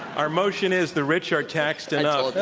our motion is the rich are taxed enough.